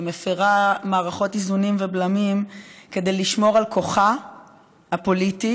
שמפירה מערכות איזונים ובלמים כדי לשמור על כוחה הפוליטי,